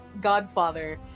godfather